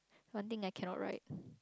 one thing I cannot write